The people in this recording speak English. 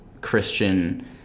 Christian